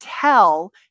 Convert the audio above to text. tell